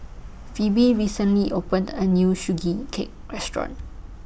Pheobe recently opened A New Sugee Cake Restaurant